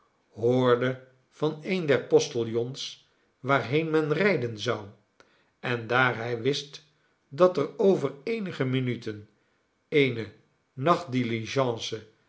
hoorde van een der postiljons waarheen men rijden zou en daar hij wist dat er over eenige minuten eene